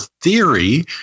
theory